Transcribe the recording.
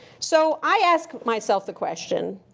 so, i ask myself the question,